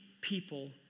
people